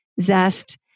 zest